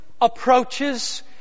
Approaches